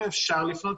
אם אפשר,